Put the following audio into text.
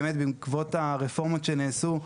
באמת בעקבות הרפורמות שנעשו,